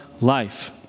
life